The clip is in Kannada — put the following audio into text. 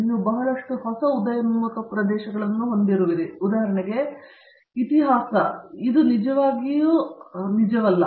ನೀವು ಬಹಳಷ್ಟು ಹೊಸ ಉದಯೋನ್ಮುಖ ಪ್ರದೇಶಗಳನ್ನು ಹೊಂದಿದ್ದೀರಿ ಉದಾಹರಣೆಗೆ ಇತಿಹಾಸದಲ್ಲಿ ಇದು ನಿಜವಾಗಿಯೂ ನಿಜವಲ್ಲ